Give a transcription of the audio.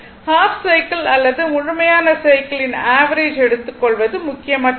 half cycle அல்லது முழுமையான சைக்கிளின் ஆவரேஜ் எடுத்துக் கொள்வது முக்கியமற்றது